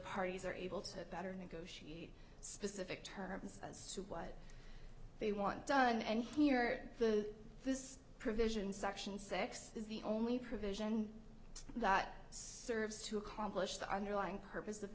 parties are able to better negotiate specific terms as to what they want done and clear the this provision section six is the only provision that serves to accomplish the underlying purpose of